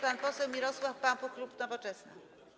Pan poseł Mirosław Pampuch, klub Nowoczesna.